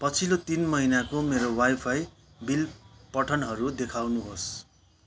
पछिल्लो तिन महिनाको मेरो वाइफाई बिल पठनहरू देखाउनुहोस्